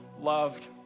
loved